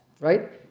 right